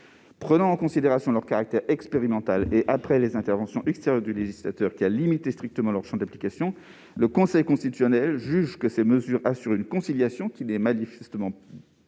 pris en considération leur caractère expérimental, et à la suite des interventions ultérieures du législateur, qui a limité strictement leur champ d'application, le Conseil constitutionnel a jugé que ces mesures assuraient une conciliation qui n'était pas manifestement